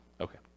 Okay